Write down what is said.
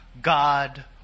God